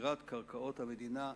מכירת קרקעות המדינה לצמיתות.